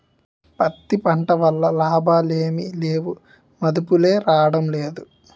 పత్తి పంట వల్ల లాభాలేమి లేవుమదుపులే రాడంలేదు